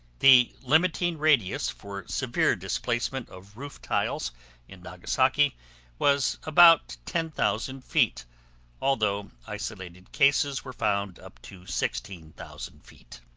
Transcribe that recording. the limiting radius for severe displacement of roof tiles in nagasaki was about ten thousand feet although isolated cases were found up to sixteen thousand feet.